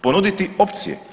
Ponuditi opcije.